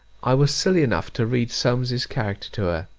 i was silly enough to read solmes's character to her.